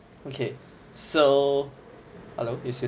okay so hello are you still there